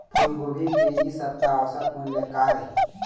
फूलगोभी के इ सप्ता औसत मूल्य का रही?